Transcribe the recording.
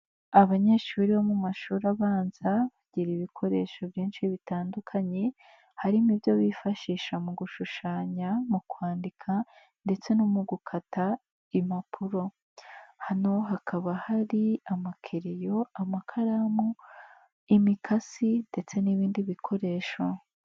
Abanyeshuri bo mu mashuri abanza bagira ibikoresho byinshi bitandukanye, harimo ibyo bifashisha mu gushushanya, mu kwandika ndetse no mu gukata impapuro. Hano hakaba hari amakereyo, amakaramu, imikasi ndetse n'ibindi bikoresho.